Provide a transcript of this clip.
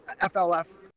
FLF